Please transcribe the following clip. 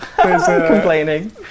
complaining